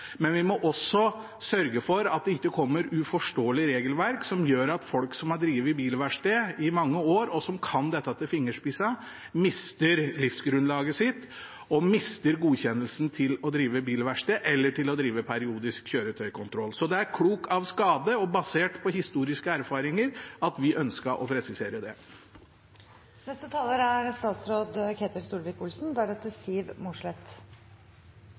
Men vi må også sørge for at det ikke kommer uforståelige regelverk som gjør at folk som har drevet bilverksted i mange år, og som kan dette til fingerspissene, mister livsgrunnlaget sitt og godkjennelsen til å drive bilverksted eller til å drive periodisk kjøretøykontroll. Kloke av skade og basert på historiske erfaringer ønsket vi å presisere det. Jeg har bare behov for å presisere